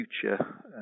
future